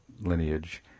lineage